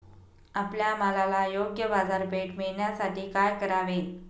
आपल्या मालाला योग्य बाजारपेठ मिळण्यासाठी काय करावे?